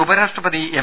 ഉപരാഷ്ട്രപതി എം